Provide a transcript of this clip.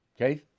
Okay